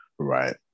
Right